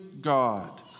God